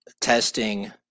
testing